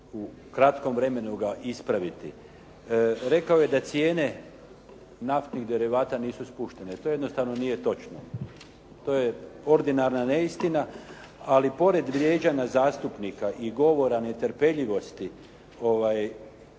u kratkom vremenu ga ispraviti. Rekao je da cijene naftnih derivata nisu spuštene. To jednostavno nije točno. To je kordinarna neistina. Ali pored vrijeđanja zastupnika i govora neterpeljivosti,